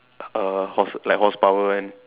err horse like horsepower and